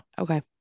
Okay